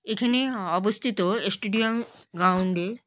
এখানে অবস্থিত স্টেডিয়াম গ্রাউন্ডে